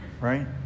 Right